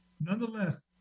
Nonetheless